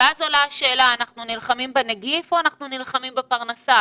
עולה השאלה, אנחנו נלחמים בנגיף או נלחמים בפרנסה?